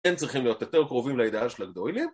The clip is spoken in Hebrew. כן צריכים להיות יותר קרובים לידעה של הגדולים